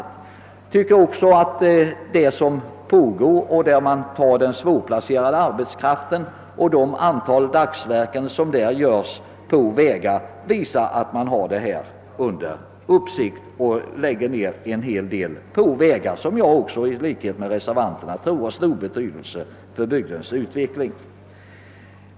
Jag tycker också att den verksamhet som pågår med svårplacerad arbetskraft visar att man, med hänsyn till antalet dagsverken som görs på vägar, har detta under uppsikt. Det läggs ned en hel del på vägar, och det anser jag liksom reservanterna vara av stor betydelse för en bygds utveckling.